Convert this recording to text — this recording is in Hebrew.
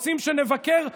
רוצים שנבקר קולגה,